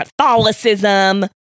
catholicism